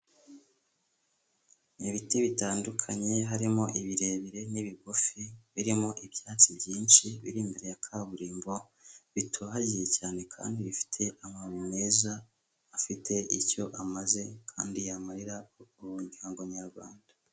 Ibiti bitandukanye harimo ibirebire n'ibigufi, birimo ibyatsi byinshi biri imbere ya kaburimbo, bituhagiye cyane kandi bifite amababi meza afite icyo amaze kandi yamarira umuryango nyarwanda.